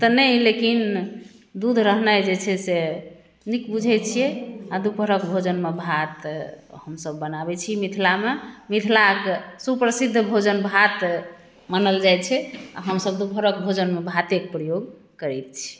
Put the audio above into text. तऽ नहि लेकिन दूध रहनाइ जे छै से नीक बूझैत छियै आ दुपहरक भोजनमे भात हमसभ बनाबैत छी मिथिलामे मिथिलाक सुप्रसिद्ध भोजन भात मानल जाइत छै आ हमसभ दुपहरक भोजनमे भातेके प्रयोग करैत छी